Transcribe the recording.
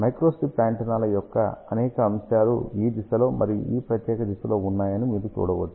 microstrip యాంటెన్నాల యొక్క అనేక అంశాలు ఈ దిశలో మరియు ఈ ప్రత్యేక దిశలో ఉన్నాయని మీరు చూడవచ్చు